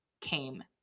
came